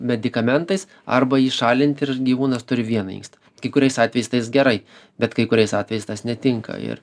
medikamentais arba jį šalint ir gyvūnas turi vieną inkstą kai kuriais atvejais tai jis gerai bet kai kuriais atvejais tas netinka ir